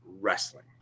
wrestling